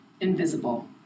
Invisible